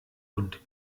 und